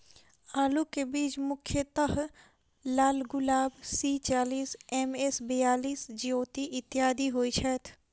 आलु केँ बीज मुख्यतः लालगुलाब, सी चालीस, एम.एस बयालिस, ज्योति, इत्यादि होए छैथ?